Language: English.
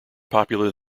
popular